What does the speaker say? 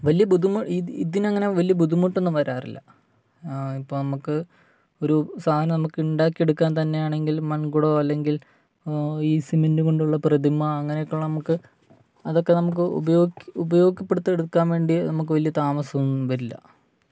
വലിയ ബുദ്ധിമുട്ട് ഇതിനങ്ങനെ വലിയ ബുദ്ധിമുട്ടൊന്നും വരാറില്ല ഇപ്പോൾ നമുക്ക് ഒരു സാധനം നമുക്ക് ഉണ്ടാക്കിയെടുക്കാൻ തന്നെയാണെങ്കിൽ മൺകുടമോ അല്ലെങ്കിൽ ഈ സിമെൻ്റുകൊണ്ടുള്ള പ്രതിമ അങ്ങനെയൊക്കെ ഉള്ള നമുക്ക് അതൊക്കെ നമുക്ക് ഉപയോഗപ്പെടുത്തി എടുക്കാൻവേണ്ടി നമുക്ക് വലിയ താമസമൊന്നും വരില്ല